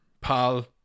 pal